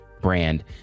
brand